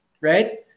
right